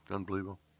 Unbelievable